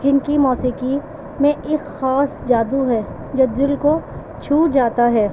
جن کی موسیقی میں ایک خاص جادو ہے جو دل کو چھو جاتا ہے